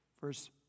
verse